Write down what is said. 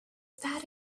that